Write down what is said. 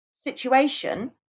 situation